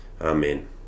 Amen